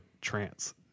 trance